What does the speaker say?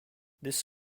this